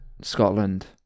Scotland